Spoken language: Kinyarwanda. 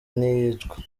ntiyicwa